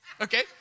Okay